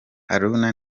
haruna